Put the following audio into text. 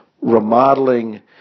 remodeling